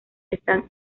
están